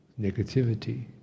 negativity